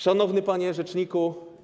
Szanowny Panie Rzeczniku!